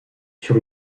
sur